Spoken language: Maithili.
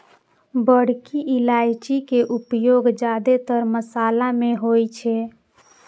बड़की इलायची के उपयोग जादेतर मशाला मे होइ छै